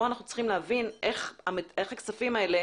פה אנחנו צריכים להבין איך הכספים האלה